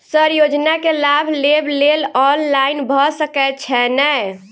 Sir योजना केँ लाभ लेबऽ लेल ऑनलाइन भऽ सकै छै नै?